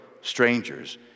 strangers